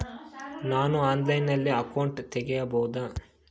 ನಾನು ಆನ್ಲೈನಲ್ಲಿ ಅಕೌಂಟ್ ತೆಗಿಬಹುದಾ?